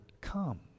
come